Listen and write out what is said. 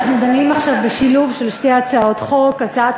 אנחנו דנים עכשיו בשילוב של שתי הצעות: הצעת